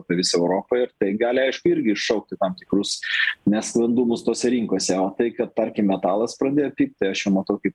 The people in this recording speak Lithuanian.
apie visą europą ir tai gali irgi iššaukti tam tikrus nesklandumus tose rinkose o tai kad tarkime italas pradėjo pykti aš jau matau kaip